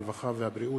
הרווחה והבריאות.